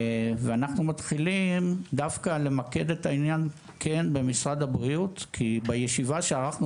ואנחנו מתחילים דווקא למקד את העניין כן במשרד הבריאות כי בישיבה שערכנו